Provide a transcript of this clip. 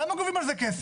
למה גובים על זה כסף?